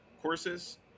courses